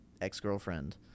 ex-girlfriend